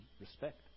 respect